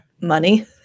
money